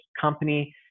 company